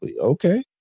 Okay